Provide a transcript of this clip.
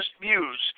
views